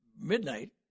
Midnight